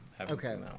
Okay